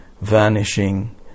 vanishing